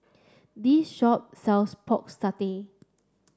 this shop sells pork satay